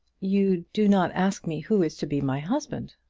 you do not ask me who is to be my husband.